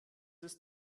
ist